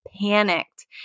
panicked